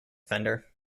offender